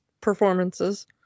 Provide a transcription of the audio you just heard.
performances